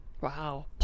Wow